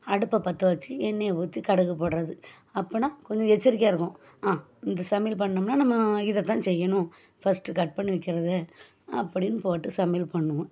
அடுப்பை பற்ற வச்சு எண்ணெய்யை ஊற்றி கடுகு போடுறது அப்படின்னா கொஞ்சம் எச்சரிக்கையாக இருக்கும் ஹாங் இந்த சமையல் பண்ணோம்னா நம்ம இதை தான் செய்யணும் ஃபஸ்ட்டு கட் பண்ணி வைக்கிறது அப்படின்னு போட்டு சமையல் பண்ணுவோம்